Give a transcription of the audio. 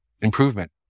improvement